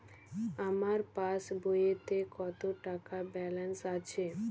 আমার পাসবইতে কত টাকা ব্যালান্স আছে?